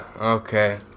okay